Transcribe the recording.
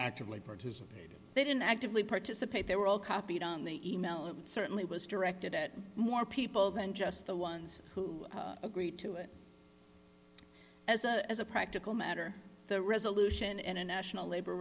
actively participate they didn't actively participate they were all copied on the e mail it certainly was directed at more people than just the ones who agreed to it as a practical matter the resolution in a national labor